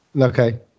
okay